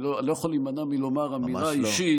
אני לא יכול להימנע מלומר אמירה אישית,